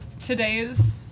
today's